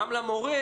תודה, מיכל.